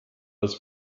das